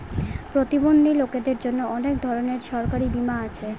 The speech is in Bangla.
প্রতিবন্ধী লোকদের জন্য অনেক ধরনের সরকারি বীমা আছে